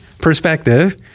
perspective